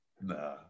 nah